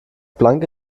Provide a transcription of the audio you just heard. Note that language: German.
planck